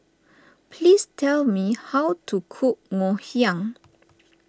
please tell me how to cook Ngoh Hiang